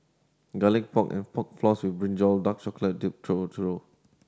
Garlic Pork and Pork Floss with brinjal dark chocolate dipped churro